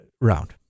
round